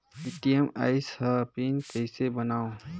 ATM आइस ह PIN कइसे बनाओ?